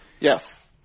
Yes